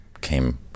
came